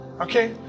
Okay